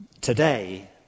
today